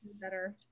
better